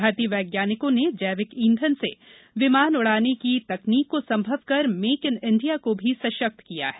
भारतीय वैज्ञानिक ने जैविक ईधन से विमान उड़ाने की तकनीक को संभव कर मेक इन इंडिया को भी सशक्त किया है